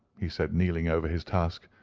he said, kneeling over his task,